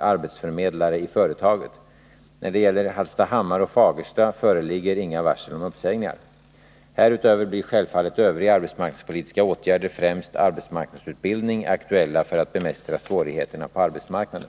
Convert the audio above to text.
arbetsförmedlare i företaget. När det gäller Hallstahammar och Fagersta föreligger inga varsel om uppsäg ningar. Härutöver blir självfallet övriga arbetsmarknadspolitiska åtgärder, främst arbetsmarknadsutbildning, aktuella för att bemästra svårigheterna på arbetsmarknaden.